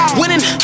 winning